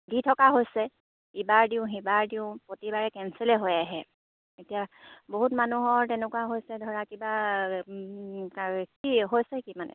দি থকা হৈছে ইবাৰ দিওঁ সিবাৰ দিওঁ প্ৰতিবাৰে কেঞ্চেলে হৈ আহে এতিয়া বহুত মানুহৰ তেনেকুৱা হৈছে ধৰা কিবা কি হৈছে কি মানে